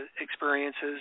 experiences